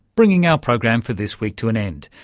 bringing our program for this week to an end.